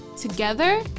together